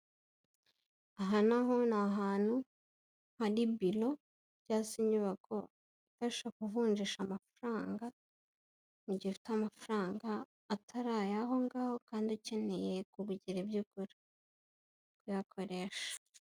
Aha naho ni ahantu hari biro cyangwa se inyubako ifasha kuvunjisha amafaranga, mu gihe ufite amafaranga atari ayaho ngaho kandi ukeneye kubugira ibyo ugura ukayakoresha.